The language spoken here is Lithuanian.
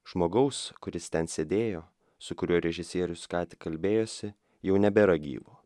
žmogaus kuris ten sėdėjo su kuriuo režisierius ką tik kalbėjosi jau nebėra gyvo